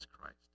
Christ